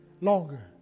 longer